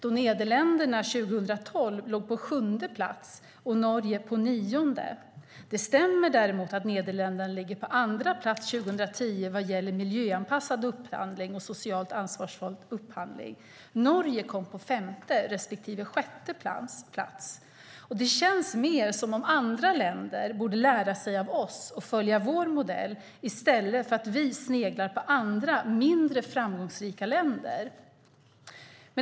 År 2012 låg Nederländerna nämligen på sjunde plats och Norge på nionde. Däremot stämmer det att Nederländerna låg på andra plats 2010 vad gäller miljöanpassad upphandling och socialt ansvarsfull upphandling. Norge kom på femte respektive sjätte plats. Det känns som om andra länder borde lära av oss och följa vår modell i stället för att vi ska snegla på andra, mindre framgångsrika länder.